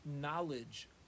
knowledge